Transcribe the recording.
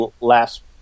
last